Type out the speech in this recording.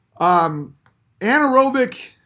anaerobic